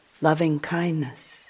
loving-kindness